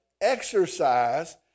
exercise